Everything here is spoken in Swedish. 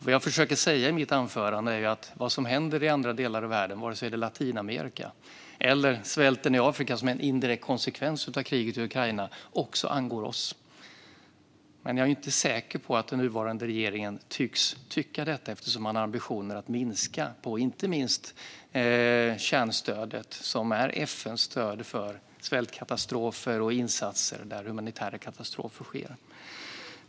Vad jag försökte säga i mitt anförande var att vad som händer i andra delar av världen, vare sig det är i Latinamerika eller svälten i Afrika, som är en indirekt konsekvens av kriget i Ukraina, också angår oss. Jag är inte säker på att den nuvarande regeringen tycker detta eftersom det finns ambitioner att minska inte minst kärnstödet, det vill säga FN:s stöd för svältkatastrofer och insatser där humanitära katastrofer sker.